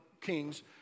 Kings